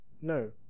No